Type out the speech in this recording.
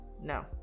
no